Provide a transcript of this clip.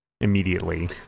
immediately